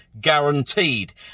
guaranteed